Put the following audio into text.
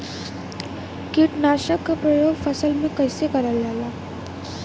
कीटनाशक क प्रयोग फसल पर कइसे करल जाला?